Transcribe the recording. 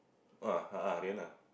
ah Reina